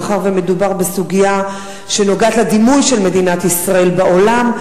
מאחר שמדובר בסוגיה שנוגעת לדימוי של מדינת ישראל בעולם,